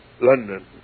London